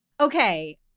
Okay